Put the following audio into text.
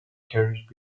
carriage